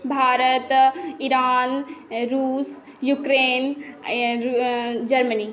Bharat Iran रुस Ukraine Germany